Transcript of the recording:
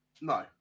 No